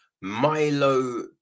Milo